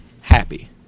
happy